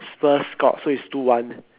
spurs scored so is two one